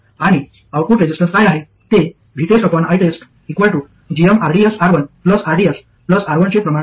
आणि output resistance काय आहे ते VTESTITEST gmrdsR1rdsR1 चे प्रमाण आहे